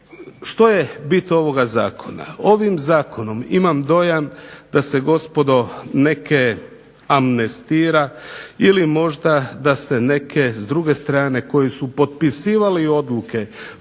Što je bit ovoga Zakona. Ovim zakonom imam dojam da se gospodo, neke amnestira, ili možda da se neke druge strane potpisivali odluke